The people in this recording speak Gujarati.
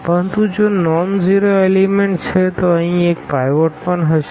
પરંતુ જો આ નોનઝીરો એલીમેન્ટ છે તો અહીં એક પાઈવોટ પણ હશે